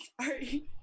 Sorry